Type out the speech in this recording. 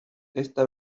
esta